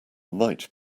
might